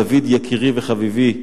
דוד יקירי וחביבי,